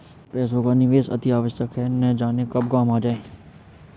पैसे का निवेश अतिआवश्यक है, न जाने कब काम आ जाए